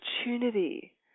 opportunity